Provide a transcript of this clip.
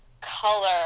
color